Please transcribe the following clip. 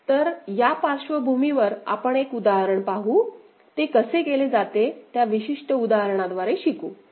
तर या पार्श्वभूमीवर आपण एक उदाहरण पाहू आणि ते कसे केले जाते त्या विशिष्ट उदाहरणाद्वारे शिकू